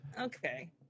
okay